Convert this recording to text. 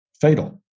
fatal